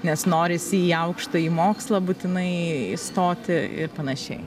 nes norisi į aukštąjį mokslą būtinai įstoti ir panašiai